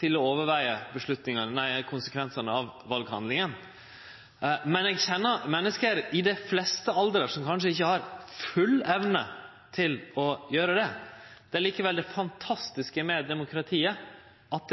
til å tenkje nøye gjennom konsekvensane av valhandlinga, men eg kjenner menneske i dei fleste aldrar som kanskje ikkje har full evne til å gjere det. Det er likevel det som er det fantastiske med demokratiet, at